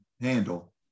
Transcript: handle